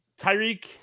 Tyreek